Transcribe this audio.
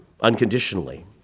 unconditionally